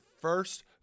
first